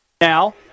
Now